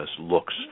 looks